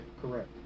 correct